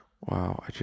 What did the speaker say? wow